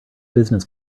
business